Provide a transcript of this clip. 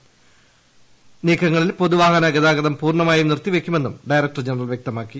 സേനാ നീക്കങ്ങളിൽ പൊതു വാഹന ഗതാഗതം പൂർണ്ണമായും നിർത്തിവയ്ക്കുമെന്നും ഡയറക്ടർ ജനറൽ പറഞ്ഞു